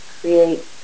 create